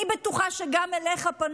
אני בטוחה שגם אליך פנו,